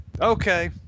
Okay